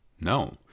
No